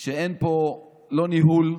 מיום ליום שאין פה לא ניהול,